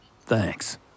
Thanks